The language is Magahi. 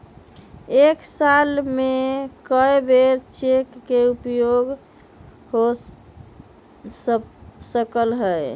एक साल में कै बेर चेक के उपयोग हो सकल हय